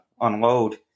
unload